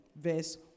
Verse